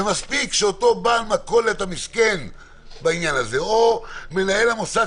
ומספיק שאותו בעל המכולת המסכן בעניין הזה או מנהל המוסד,